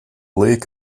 lake